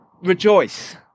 rejoice